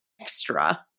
Extra